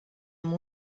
amb